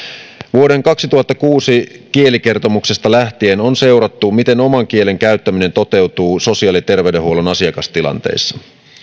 vuoden kaksituhattakuusi kielikertomuksesta lähtien on seurattu miten oman kielen käyttäminen toteutuu sosiaali ja terveydenhuollon asiakastilanteissa